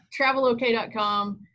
travelok.com